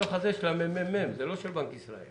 הדוח הזה הוא של הממ"מ, זה לא של בנק ישראל.